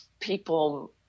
people